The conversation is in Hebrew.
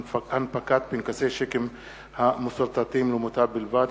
(הנפקת פנקסי שיקים המסורטטים למוטב בלבד),